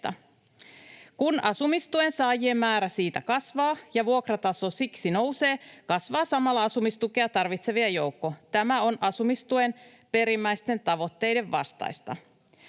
Kun asumistuen saajien määrä siitä kasvaa ja vuokrataso siksi nousee, kasvaa samalla asumistukea tarvitsevien joukko. Tämä on asumistuen perimmäisten tavoitteiden vastaista.